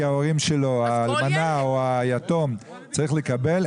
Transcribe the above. ההורים שלו האלמנה או היתום צריכים לקבל,